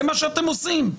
זה מה שאתם עושים.